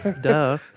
duh